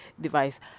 device